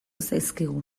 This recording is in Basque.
zaizkigu